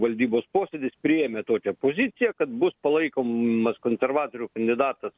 valdybos posėdis priėmė tokią poziciją kad bus palaikomas konservatorių kandidatas